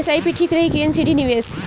SIP ठीक रही कि एन.सी.डी निवेश?